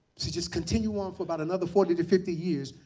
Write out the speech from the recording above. to just continue on for about another forty to fifty years,